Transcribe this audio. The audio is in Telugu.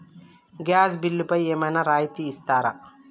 గ్యాస్ బిల్లుపై ఏమైనా రాయితీ ఇస్తారా?